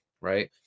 right